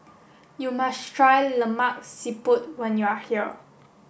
you must try Lemak Siput when you are here